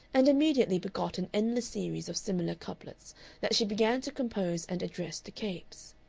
and immediately begot an endless series of similar couplets that she began to compose and address to capes.